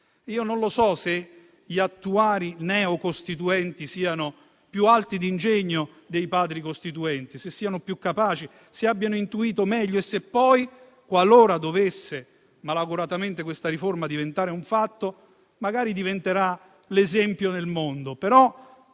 Io non so se gli attuali neo costituenti siano più alti d'ingegno dei Padri costituenti, se siano più capaci, se abbiano intuito meglio. Poi, qualora malauguratamente, dovesse questa riforma diventare un fatto, magari diventerà l'esempio nel mondo.